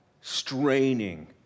straining